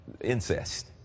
incest